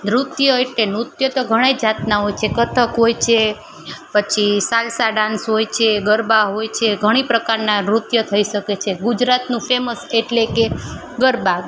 નૃત્ય એટલે નૃત્ય તો ઘણી જાતના હોય છે કથક હોય છે પછી સાલ્સા ડાન્સ હોય છે ગરબા હોય છે ઘણી પ્રકારના નૃત્ય થઈ શકે છે ગુજરાતનું ફેમસ એટલે કે ગરબા